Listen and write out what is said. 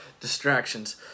Distractions